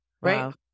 right